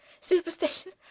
Superstition